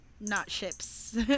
not-ships